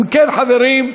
אם כן, חברים,